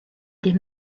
des